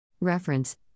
Reference